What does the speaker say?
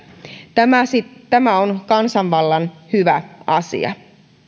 tämä on kansanvallan hyvä asia